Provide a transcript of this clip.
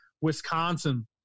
Wisconsin